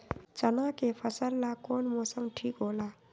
चाना के फसल ला कौन मौसम ठीक होला?